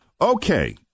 Okay